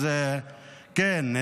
אז כן,